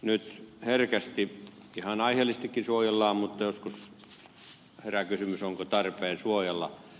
nyt herkästi ihan aiheellisestikin suojellaan mutta joskus herää kysymys onko tarpeen suojella